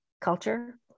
culture